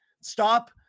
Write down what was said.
stop